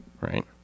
right